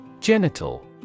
Genital